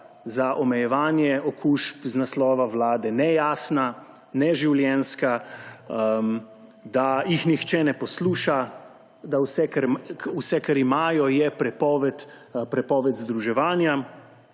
za omejevanje okužb iz naslova Vlade nejasna, neživljenjska, da jih nihče ne posluša, da vse, kar imajo, je prepoved združevanja